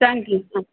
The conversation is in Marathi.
सांग की हां